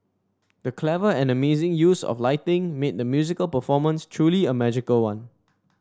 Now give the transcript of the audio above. the clever and amazing use of lighting made the musical performance truly a magical one